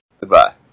Goodbye